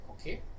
Okay